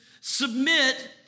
submit